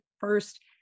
first